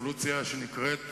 היקר.